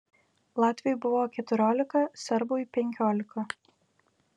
latviui buvo keturiolika serbui penkiolika